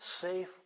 safe